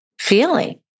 feeling